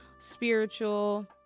spiritual